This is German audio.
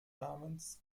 namens